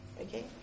Okay